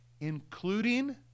including